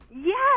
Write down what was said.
Yes